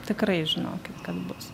tikrai žinokit kad bus